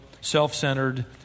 self-centered